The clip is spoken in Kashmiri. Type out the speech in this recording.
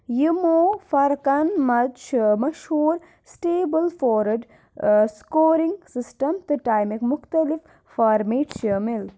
یِمَن فرقَن منٛز چھُ مشہوٗر سٹیبٕلفورڈ سکورنٛگ سسٹم تہٕ ٹیمِک مُختٔلِف فارمیٹ شٲمِل